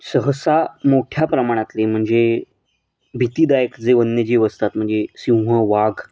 सहसा मोठ्या प्रमाणातले म्हणजे भीतीदायक जे वन्यजीव असतात म्हणजे सिंह वाघ